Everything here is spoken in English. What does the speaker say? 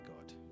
God